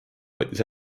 võttis